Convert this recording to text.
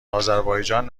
آذربایجان